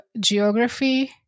geography